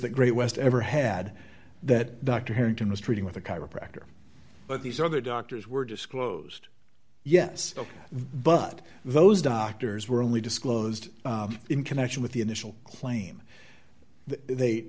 that great west ever had that dr harrington was treating with a chiropractor but these other doctors were disclosed yes but those doctors were only disclosed in connection with the initial claim that they